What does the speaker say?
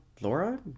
Laura